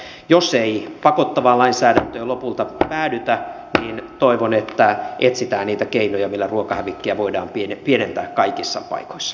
ja jos ei pakottavaan lainsäädäntöön lopulta päädytä niin toivon että etsitään niitä keinoja millä ruokahävikkiä voidaan pienentää kaikissa paikoissa